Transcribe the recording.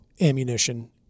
ammunition